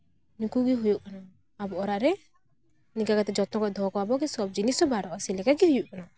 ᱱᱩᱠᱩ ᱜᱮ ᱦᱩᱭᱩᱜ ᱠᱟᱱᱟ ᱟᱵᱚ ᱚᱲᱟᱜ ᱨᱮ ᱱᱤᱝᱠᱟ ᱠᱟᱛᱮᱜ ᱡᱚᱛᱱᱚ ᱠᱟᱛᱮ ᱫᱚᱦᱚ ᱠᱚᱣᱟ ᱵᱚ ᱟᱵᱚ ᱜᱮ ᱥᱚᱵ ᱡᱤᱱᱤᱥ ᱚᱵᱷᱟᱨᱚᱜᱼᱟ ᱡᱮᱞᱮᱠᱟ ᱜᱮ ᱦᱩᱭᱩᱜ ᱠᱟᱱᱟ